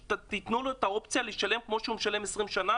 תנו לו את האופציה כמו שהוא משלם 20 שנה,